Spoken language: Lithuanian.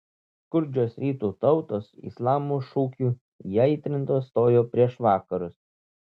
skurdžios rytų tautos islamo šūkių įaitrintos stojo prieš vakarus